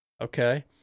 Okay